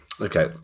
Okay